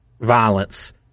violence